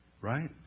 Right